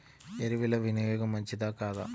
ఎరువుల వినియోగం మంచిదా కాదా?